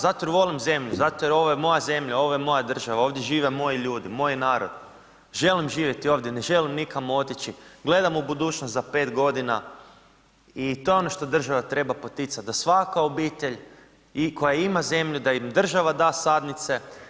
Zato jer volim zemlju, zato jer ovo je moja zemlja, ovo je moja država, ovdje žive moji ljudi, moj narod, želim živjeti ovdje, ne želim nikamo otići, gledam u budućnost za 5.g. i to je ono što država treba poticat da svaka obitelj i koja ima zemlju da im država da sadnice.